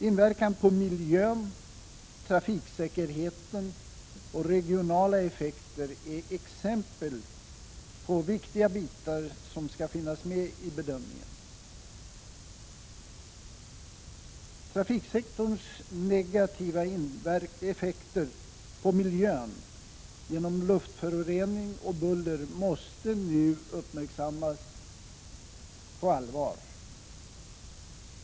Inverkan på miljön och trafiksäkerheten samt regionala effekter är exempel på viktiga frågor som skall finnas med i bedömningen. Trafiksektorns negativa effekter på miljön genom luftförorening och buller måste nu uppmärksammas på allvar.